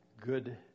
good